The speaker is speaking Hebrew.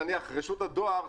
שנניח רשות הדואר,